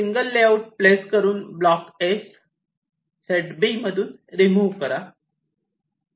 single layout place करून block S set B मधून remove करा